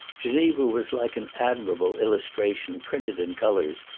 geneva was like an admirable illustration printed in colors,